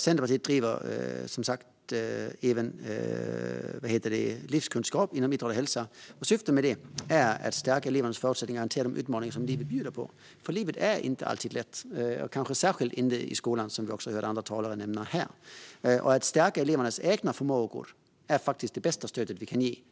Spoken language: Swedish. Centerpartiet driver även förslag om att införa livskunskap inom idrott och hälsa. Syftet med det är att stärka elevernas förutsättningar att hantera de utmaningar livet bjuder på. För livet är inte alltid lätt, kanske särskilt inte i skolan, vilket även andra talare har nämnt. Att stärka elevernas egna förmågor är det bästa stödet vi kan ge.